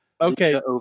Okay